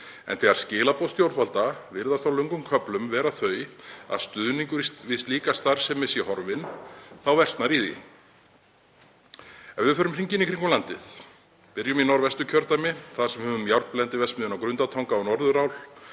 En þegar skilaboð stjórnvalda virðast á löngum köflum vera þau að stuðningur við slíka starfsemi sé horfinn þá versnar í því. Ef við förum hringinn í kringum landið og byrjum í Norðvesturkjördæmi þar sem við höfum járnblendiverksmiðjuna á Grundartanga og Norðurál,